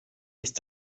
ist